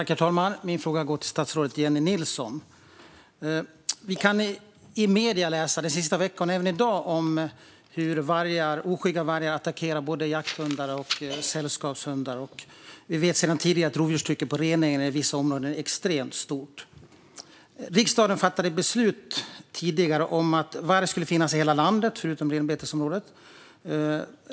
Herr talman! Min fråga går till statsrådet Jennie Nilsson. Vi har de senaste veckorna, och även i dag, läst i medierna om hur oskygga vargar attackerar både jakthundar och sällskapshundar. Vi vet sedan tidigare att rovdjurstrycket på rennäringen i vissa områden är extremt stort. Riksdagen har tidigare fattat beslut om att varg ska finnas i hela landet, förutom i renbetesområdet.